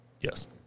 yes